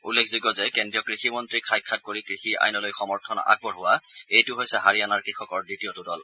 উল্লেখযোগ্য যে কেন্দ্ৰীয় কৃষি মন্ত্ৰী সাক্ষাৎ কৰি কৃষি আইনলৈ সমৰ্থন আগবঢ়োৱা এইটো হৈছে হাৰিয়ানাৰ কৃষকৰ দ্বিতীয়টো দল